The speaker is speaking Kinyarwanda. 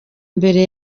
mbere